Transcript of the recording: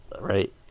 Right